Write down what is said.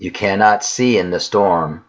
you cannot see in the storm